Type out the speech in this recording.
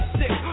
sick